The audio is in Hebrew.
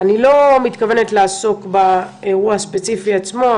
אני לא מתכוונת לעסוק באירוע הספציפי עצמו,